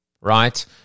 right